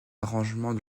arrangements